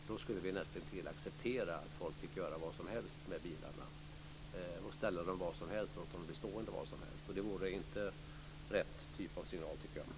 Då skulle vi nämligen näst intill acceptera att folk fick göra vad som helst med bilarna, ställa dem var som helst och låta dem bli stående var som helst. Det vore inte rätt typ av signal, tycker jag.